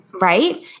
Right